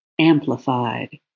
amplified